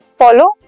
follow